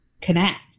connect